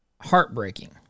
Heartbreaking